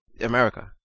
America